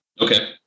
Okay